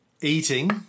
eating